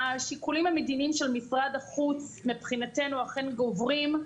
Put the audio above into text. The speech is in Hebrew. השיקולים המדיניים של משרד החוץ מבחינתנו אכן גוברים,